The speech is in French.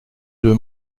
deux